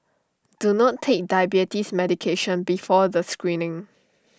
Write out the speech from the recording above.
do not take diabetes medication before the screening